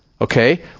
Okay